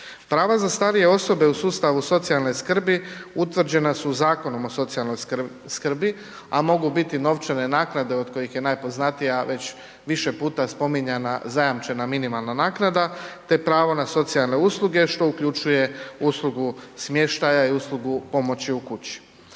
Prava za starije osobe u sustavu socijalne skrbi utvrđena su Zakonom o socijalnoj skrbi, a mogu biti novčane naknade od kojih je najpoznatija već više puta spominjana zajamčena minimalna naknada, te pravo na socijalne usluge, što uključuje uslugu smještaja i uslugu pomoći u kući.